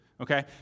Okay